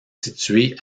situé